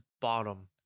bottom